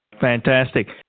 Fantastic